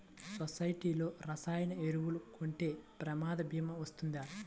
సొసైటీలో రసాయన ఎరువులు కొంటే ప్రమాద భీమా వస్తుందా?